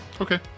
Okay